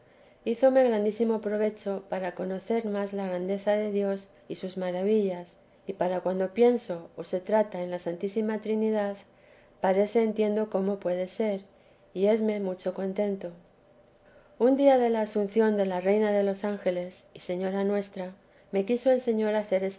hízome grandísimo provecho para conocer más la grandeza de dios y sus maravillas y para cuando pienso ó se trata en la santísima trinidad parece entiendo cómo puede ser y es mucho contento un día de la asunción de la reina de los ángeles y señora nuestra me quiso el señor hacer